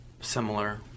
similar